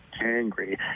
Angry